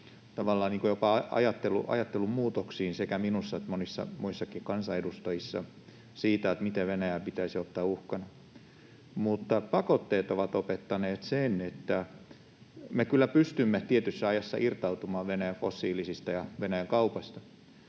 jopa ajattelun muutoksiin sekä minussa että monissa muissakin kansanedustajissa siitä, miten Venäjä pitäisi ottaa uhkana. Mutta pakotteet ovat opettaneet sen, että me kyllä pystymme tietyssä ajassa irtautumaan Venäjän fossiilisista ja Venäjän kaupasta.